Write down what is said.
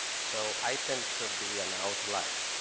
so i tend to be an outlier.